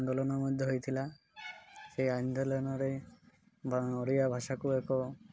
ଆନ୍ଦୋଳନ ମଧ୍ୟ ହୋଇଥିଲା ସେଇ ଆନ୍ଦୋଳନରେ ଓଡ଼ିଆ ଭାଷାକୁ ଏକ